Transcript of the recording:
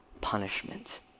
punishment